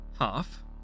Half